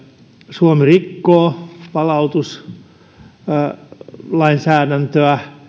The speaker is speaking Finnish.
suomi rikkoo palautuslainsäädäntöä